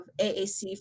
AAC